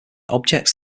objects